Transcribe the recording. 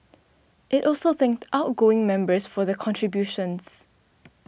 it also thanked outgoing members for the contributions